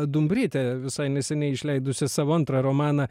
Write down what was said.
dumbryte visai neseniai išleidusia savo antrą romaną